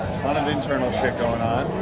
ton of internal shit going on,